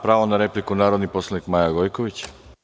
Pravo na repliku, narodni poslanik Maja Gojković.